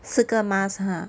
四个 mask ha